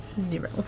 zero